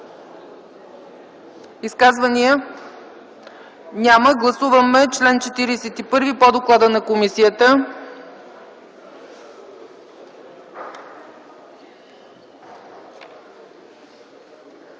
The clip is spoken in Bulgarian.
Изказвания? Няма. Гласуваме чл. 41 по доклада на комисията.